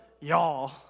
y'all